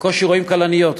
בקושי רואים כלניות.